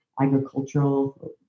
agricultural